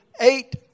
eight